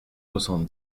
soixante